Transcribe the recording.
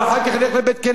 ואחר כך ילך לבית-כנסת,